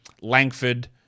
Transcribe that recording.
Langford